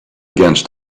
against